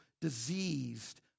diseased